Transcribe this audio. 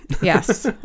Yes